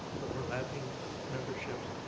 overlapping memberships,